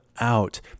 out